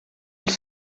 elle